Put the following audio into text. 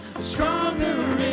Stronger